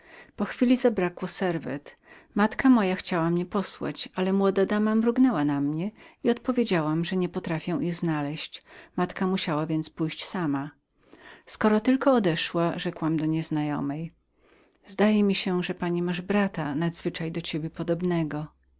po chwili zabrakło serwet matka moja chciała mnie posłać ale młoda dama mrugnęła na mnie i odpowiedziałam że nie potrafię ich znaleźć i matka moja musiała pójść sama skoro tylko odeszła rzekłam do nieznajomej zdaje mi się że pani masz brata nadzwyczaj do niej podobnego